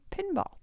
pinball